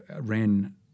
ran